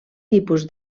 tipus